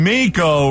Miko